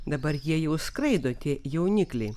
dabar jie jau skraido tie jaunikliai